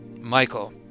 Michael